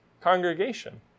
congregation